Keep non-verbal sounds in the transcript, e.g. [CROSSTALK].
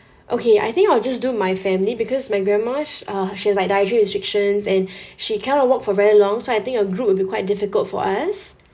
okay I think I'll just do my family because my grandma's uh she has like dietary restrictions and [BREATH] she cannot walk for very long so I think a group would be quite difficult for us